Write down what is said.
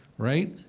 right?